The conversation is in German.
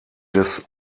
des